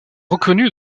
reconnu